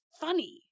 funny